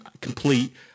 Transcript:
complete